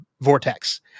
vortex